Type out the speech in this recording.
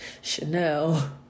Chanel